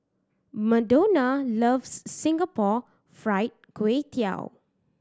Madonna loves Singapore Fried Kway Tiao